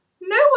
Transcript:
No